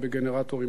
היא בלתי תלויה,